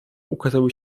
ukazały